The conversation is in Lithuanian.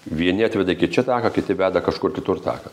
vieni atveda iki čia taką kiti veda kažkur kitur taką